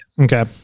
Okay